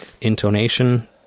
intonation